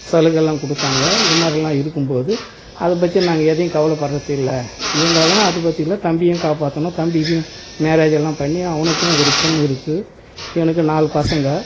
சலுகையெல்லாம் கொடுத்தாங்க இது மாதிரிலாம் இருக்கும்போது அதை பற்றி நாங்கள் எதையும் கவலைப்பட்றதில்ல இருந்தாலும் அதை பற்றி இல்லை தம்பியும் காப்பாற்றணும் தம்பிக்கும் மேரேஜ் எல்லாம் பண்ணி அவனுக்கும் ஒரு பொண்ணு இருக்குது எனக்கு நாலு பசங்கள்